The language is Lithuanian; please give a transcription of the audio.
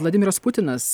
vladimiras putinas